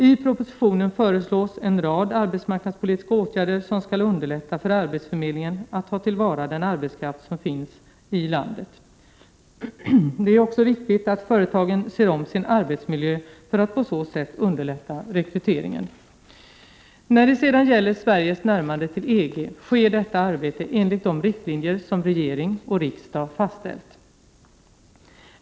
I propositionen föreslås en rad arbetsmarknadspolitiska åtgärder som skall underlätta för arbetsförmedlingen att ta till vara den arbetskraft som finns i landet. Det är också viktigt att företagen ser om sin arbetsmiljö för att på så sätt underlätta rekryteringen. När det sedan gäller Sveriges närmande till EG sker detta arbete enligt de riktlinjer som regering och riksdag fastställt.